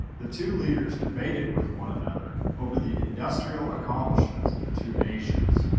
the two leaders debated with one another over the industrial accomplishments of the two nations.